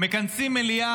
היו"ר ניסים ואטורי: